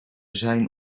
zijn